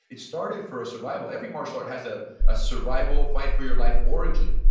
it started for a survival. every martial art has ah a survival fight for your life origin,